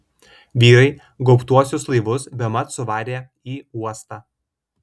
vyrai gaubtuosius laivus bemat suvarė į uostą